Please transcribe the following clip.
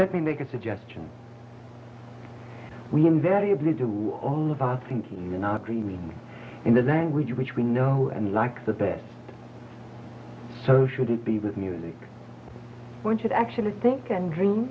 let me make a suggestion we invariably do all of our thinking you not dreaming in the language which we know and like the best so should it be with music one should actually think and dream